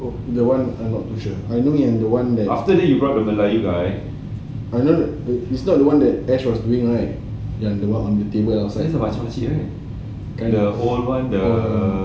oh that [one] I not too sure I know yang I don't it's not the one that ash was doing right yang the one on the table kind of